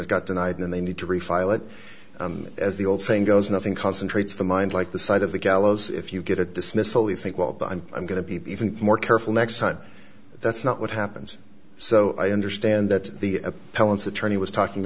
it got denied and they need to refile it as the old saying goes nothing concentrates the mind like the side of the gallows if you get a dismissal you think well but i'm i'm going to be even more careful next time that's not what happens so i understand that the appellant's attorney was talking